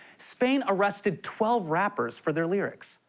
spain arrested twelve rappers for their lyrics.